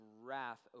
wrath